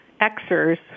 Xers